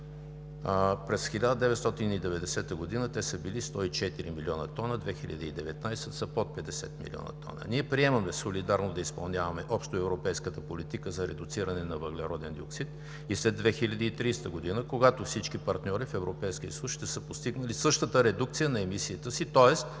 През 1990 г. те са били 104 млн. тона, а през 2019 г. са под 50 млн. тона. Ние приемаме солидарно да изпълняваме общоевропейската политика за редуциране на въглероден диоксид и след 2030 г., когато всички партньори в Европейския съюз ще са постигнали същата редукция на емисията си, тоест